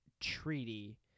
treaty